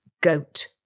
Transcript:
goat